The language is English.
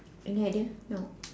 any idea no